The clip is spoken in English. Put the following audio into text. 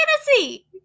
fantasy